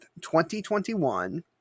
2021